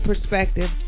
perspective